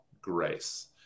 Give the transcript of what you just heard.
grace